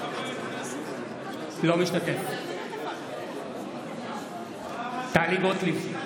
אינו משתתף בהצבעה טלי גוטליב,